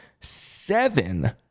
Seven